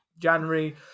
January